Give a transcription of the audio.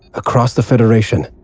across the federation,